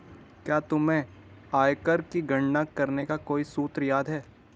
क्या तुम्हें आयकर की गणना करने का कोई सूत्र याद है?